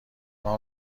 اما